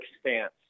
stance